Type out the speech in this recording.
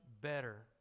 better